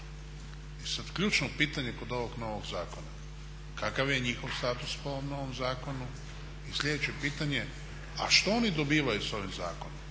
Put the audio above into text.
I sada ključno pitanje kod ovog novog zakona kakav je njihov status po ovom novom zakonu? I sljedeće pitanje a što oni dobivaju sa ovim zakonom?